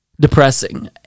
depressing